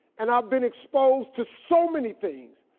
and i've been exposed to so many things.